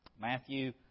Matthew